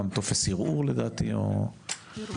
לדעתי, טופס ערעור.